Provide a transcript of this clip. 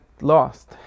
lost